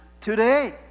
today